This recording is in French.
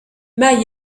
maille